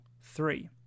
three